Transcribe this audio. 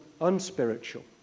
unspiritual